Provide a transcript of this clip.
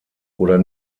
oder